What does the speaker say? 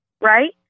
right